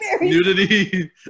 Nudity